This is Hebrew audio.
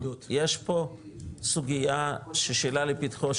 יש פה סוגייה ששאלה לפתחו של,